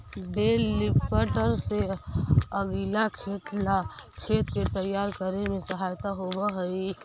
बेल lifter से अगीला खेती ला खेत के तैयार करे में सहायता होवऽ हई